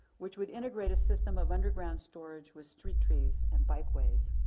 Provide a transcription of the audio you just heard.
which would integrate a system of underground storage with street trees and bike ways.